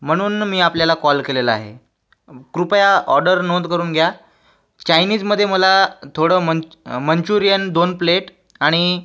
म्हणून मी आपल्याला कॉल केलेला आहे कृपया ऑर्डर नोंद करून घ्या चायनीजमधे मला थोडं मंच मंचूरियन दोन प्लेट आणि